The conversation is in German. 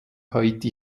haiti